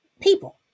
people